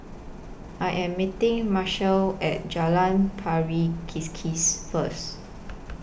I Am meeting Marshall At Jalan Pari Kikis First